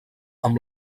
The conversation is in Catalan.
amb